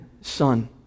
son